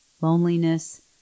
loneliness